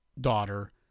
daughter